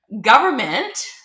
government